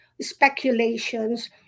speculations